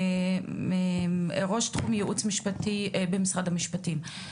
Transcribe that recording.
ראש תחום ייעוץ משפטי במשרד המשפטים.